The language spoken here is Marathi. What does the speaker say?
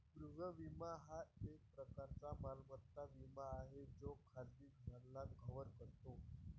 गृह विमा हा एक प्रकारचा मालमत्ता विमा आहे जो खाजगी घरांना कव्हर करतो